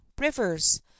rivers